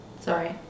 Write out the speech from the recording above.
sorry